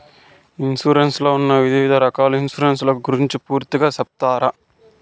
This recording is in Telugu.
ఇన్సూరెన్సు లో ఉన్న వివిధ రకాల ఇన్సూరెన్సు ల గురించి పూర్తిగా సెప్తారా?